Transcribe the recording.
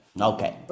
Okay